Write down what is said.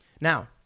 Now